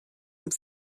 und